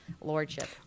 lordship